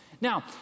Now